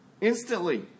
Instantly